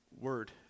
word